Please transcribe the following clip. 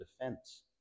defense